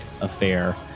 affair